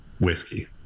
whiskey